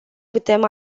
putem